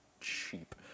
cheap